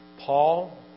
Paul